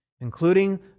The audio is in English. including